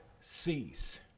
cease